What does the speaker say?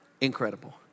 incredible